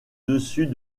dessus